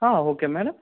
ಹಾಂ okay madam